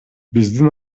биздин